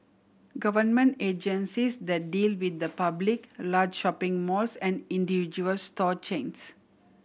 government agencies that deal with the public large shopping malls and individual store chains